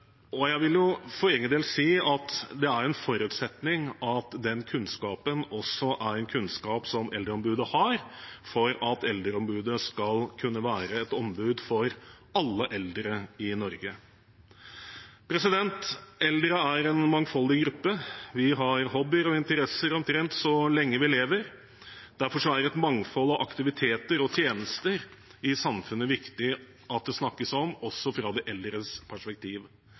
Jeg vil for egen del si at det er en forutsetning at den kunnskapen også er en kunnskap som Eldreombudet har, for at Eldreombudet skal kunne være et ombud for alle eldre i Norge. Eldre er en mangfoldig gruppe. Vi har hobbyer og interesser omtrent så lenge vi lever. Derfor er et mangfold av aktiviteter og tjenester i samfunnet viktig at det snakkes om, også fra de eldres perspektiv.